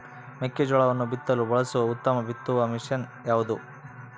ಮೆಕ್ಕೆಜೋಳವನ್ನು ಬಿತ್ತಲು ಬಳಸುವ ಉತ್ತಮ ಬಿತ್ತುವ ಮಷೇನ್ ಯಾವುದು?